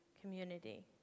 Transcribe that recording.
community